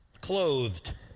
clothed